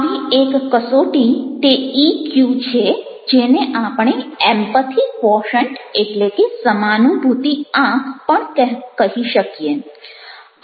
આવી એક કસોટી તે ઇક્યુ છે જેને એમ્પથિ ક્વોશન્ટ એટલે કે સમાનુભૂતિ આંક પણ કહેવામાં આવે છે